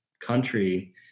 country